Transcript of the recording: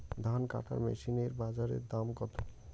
ধান কাটার মেশিন এর বাজারে দাম কতো?